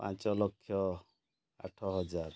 ପାଞ୍ଚଲକ୍ଷ ଆଠ ହଜାର